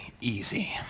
easy